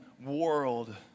world